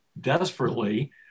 desperately